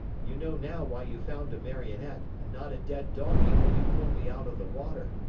you know now why you found a marionette and not a dead donkey when you pulled me out of the water.